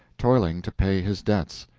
toiling to pay his debts.